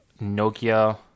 Nokia